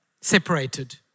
separated